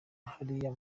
hariya